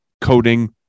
coding